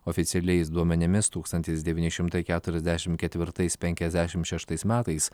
oficialiais duomenimis tūkstantis devyni šimtai keturiasdešim ketvirtais penkiasdešim šeštais metais